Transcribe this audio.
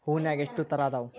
ಹೂನ್ಯಾಗ ಎಷ್ಟ ತರಾ ಅದಾವ್?